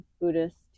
buddhist